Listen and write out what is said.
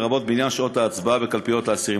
לרבות בעניין שעות ההצבעה בקלפיות לאסירים,